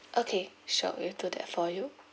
okay sure we'll do that for you